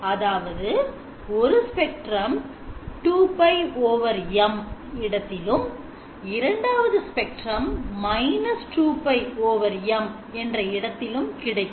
அதாவது ஒரு spectrum 2M இடத்திலும் இரண்டாவது ஸ்பெக்ட்ரம் 2M இடத்திலும் கிடைக்கும்